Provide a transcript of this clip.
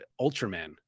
ultraman